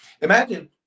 Imagine